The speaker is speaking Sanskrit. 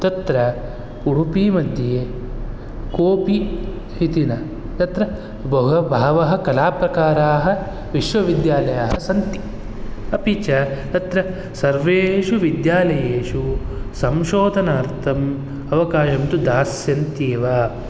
तत्र उडुपि मध्ये कोपि इति न तत्र बहु बहवः कलाप्रकाराः विश्वविद्यालयाः सन्ति अपि च तत्र सर्वेषु विद्यालयेषु संशोधनार्थम् अवकाशं तु दास्यन्ति एव